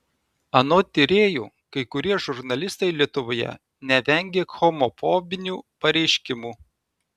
anot tyrėjų kai kurie žurnalistai lietuvoje nevengia homofobinių pareiškimų